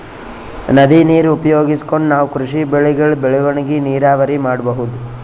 ನದಿ ನೀರ್ ಉಪಯೋಗಿಸ್ಕೊಂಡ್ ನಾವ್ ಕೃಷಿ ಬೆಳೆಗಳ್ ಬೆಳವಣಿಗಿ ನೀರಾವರಿ ಮಾಡ್ಬಹುದ್